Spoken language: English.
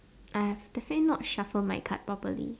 I've definitely not shuffle my cards properly